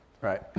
Right